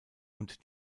und